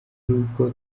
rugo